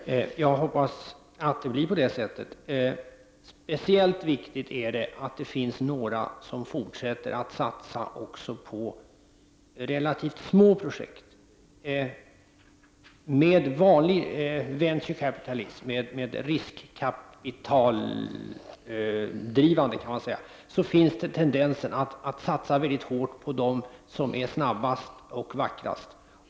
Herr talman! Jag hoppas att det blir så. Speciellt viktigt är att det finns några som fortsätter att satsa också på relativt små projekt. Med vanlig riskkapitalverksamhet finns det en tendens att det satsas väldigt hårt på dem som är snabbast och vackrast.